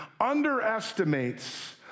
underestimates